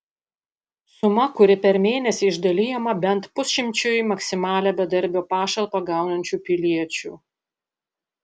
suma kuri per mėnesį išdalijama bent pusšimčiui maksimalią bedarbio pašalpą gaunančių piliečių